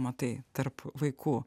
matai tarp vaikų